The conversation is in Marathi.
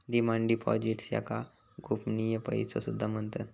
डिमांड डिपॉझिट्स याका गोपनीय पैसो सुद्धा म्हणतत